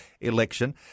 election